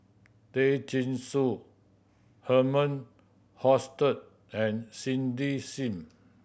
Tay Chin Joo Herman Hochstadt and Cindy Sim